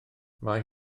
mae